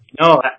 No